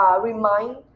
remind